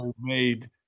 made